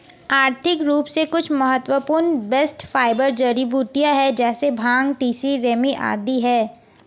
आर्थिक रूप से कुछ महत्वपूर्ण बास्ट फाइबर जड़ीबूटियां है जैसे भांग, तिसी, रेमी आदि है